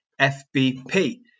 FBP